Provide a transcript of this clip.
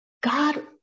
God